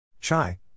Chai